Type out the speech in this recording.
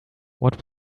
what